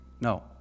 No